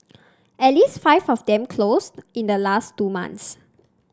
at least five of them closed in the last two months